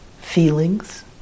feelings